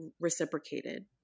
reciprocated